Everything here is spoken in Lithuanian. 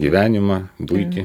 gyvenimą buitį